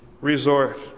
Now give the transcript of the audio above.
resort